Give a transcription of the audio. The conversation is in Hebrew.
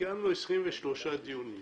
קיימנו 23 דיונים,